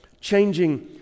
changing